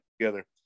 together